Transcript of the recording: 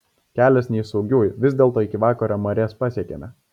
kelias ne iš saugiųjų vis dėlto iki vakaro marias pasiekėme